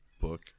book